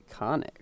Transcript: iconic